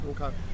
Okay